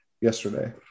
yesterday